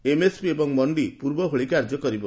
MSP ଏବଂ ମଣ୍ଡି ପୂର୍ବ ଭଳି କାର୍ଯ୍ୟ କରିବ